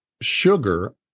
sugar